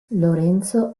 lorenzo